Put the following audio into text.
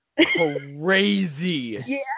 crazy